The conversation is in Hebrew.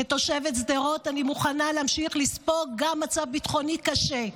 כתושבת שדרות אני מוכנה להמשיך לספוג גם מצב ביטחוני קשה.